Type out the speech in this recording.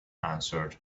answered